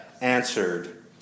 answered